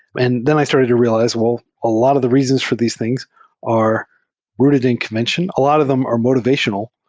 and then i started to realize, well a lot of the reasons for these things are rooted in convention. a lot of them are motivational,